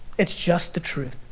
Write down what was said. it's just the truth.